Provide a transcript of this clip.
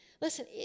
Listen